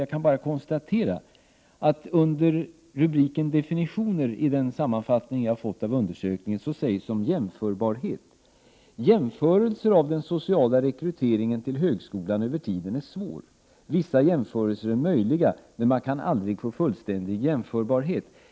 Jag kan bara konstatera att under rubriken Definitioner i den sammanfattning som jag har fått av undersökningen sägs om jämförbarhet: Jämförelser av den sociala rekryteringen till högskolan över tiden är svår. Vissa jämförelser är möjliga, men man kan aldrig få fullständig jämförbarhet.